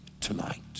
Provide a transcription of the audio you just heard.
tonight